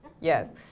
Yes